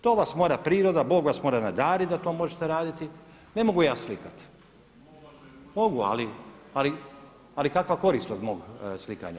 To vas mora priroda, Bog vas mora naraditi da to možete raditi, ne mogu ja slikati, mogu ali kakva korist od mog slikanja?